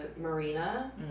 Marina